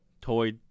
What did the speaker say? toy